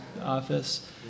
office